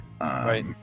Right